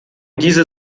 diese